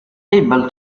able